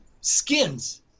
skins